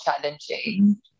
challenging